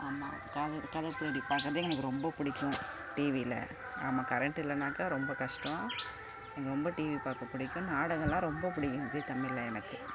ஆமாம் பார்க்குறது எனக்கு ரொம்ப பிடிக்கும் டிவியில நாம கரண்ட் இல்லைனாக்கா ரொம்ப கஷ்டம் எனக்கு ரொம்ப டிவி பார்க்க பிடிக்கும் நாடகல்லாம் ரொம்ப பிடிக்கும் ஜீ தமிழில் எனக்கு